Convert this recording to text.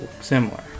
similar